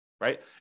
right